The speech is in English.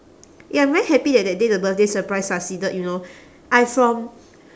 ya I'm very happy that that day the birthday surprise succeeded you know I from